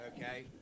okay